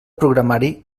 programari